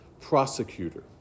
prosecutor